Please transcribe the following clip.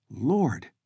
Lord